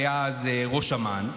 שהיה אז ראש אמ"ן,